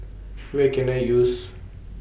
Where Can I use